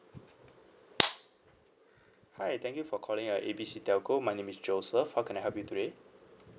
hi thank you for calling uh A B C telco my name is joseph how can I help you today